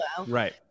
right